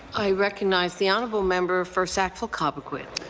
i recognize the honourable member for sackville-cobequid.